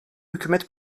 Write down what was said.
hükümet